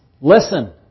Listen